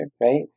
right